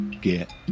get